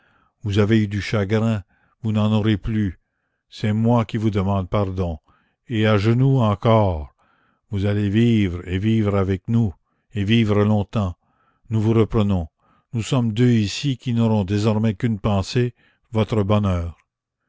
vous avez eu du chagrin vous n'en aurez plus c'est moi qui vous demande pardon et à genoux encore vous allez vivre et vivre avec nous et vivre longtemps nous vous reprenons nous sommes deux ici qui n'aurons désormais qu'une pensée votre bonheur